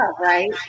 right